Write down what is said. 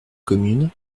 communes